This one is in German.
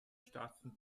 staaten